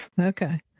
Okay